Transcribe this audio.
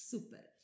Super